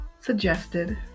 suggested